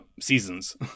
seasons